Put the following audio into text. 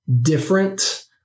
different